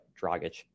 Dragic